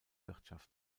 wirtschaft